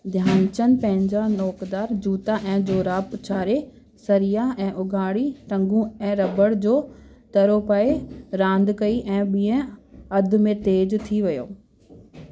ध्यानचंद पंहिंजा नोक़दारु जूता ऐं जोराबु उछारे सरिया ऐं उघाड़ी टंगू ऐं रॿड़ जो तरो पाइ रांदि कई ऐं ॿिए अधु में तेज़ थी वियो